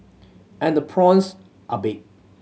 and the prawns are big